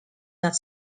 not